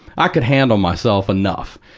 i could handle myself enough.